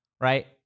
right